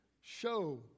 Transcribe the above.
show